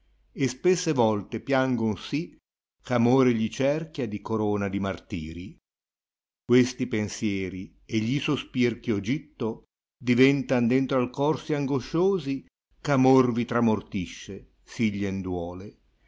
e spesse volte piangon sì ch amore gli cerchia di corona di martiri questi pensieri e gli sospir eh io gitto diventan dentro al cor sì angosciosi ch'amor vi tramortisce sì glien duole